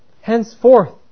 Henceforth